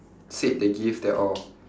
said they give their all